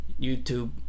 youtube